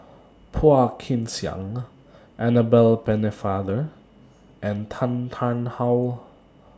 Phua Kin Siang Annabel Pennefather and Tan Tarn How